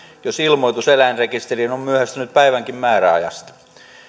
jos ilmoitus eläinrekisteriin on myöhästynyt päivänkin määräajasta